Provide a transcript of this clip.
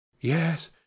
Yes